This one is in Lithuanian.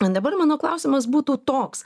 man dabar mano klausimas būtų toks